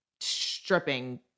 stripping